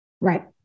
Right